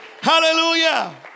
Hallelujah